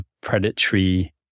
predatory